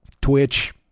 Twitch